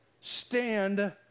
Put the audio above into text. Stand